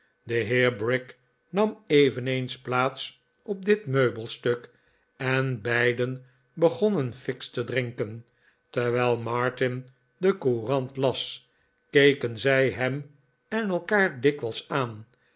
de heer brick nam eveneens plaats op dit meubelstuk en beiden begonnen fiksch te drinken terwijl martin de courant las keken zij hem en elkaar dikwijls aan